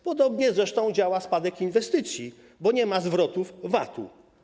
Podobnie zresztą działa spadek inwestycji, bo nie ma zwrotów VAT-u.